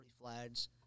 flags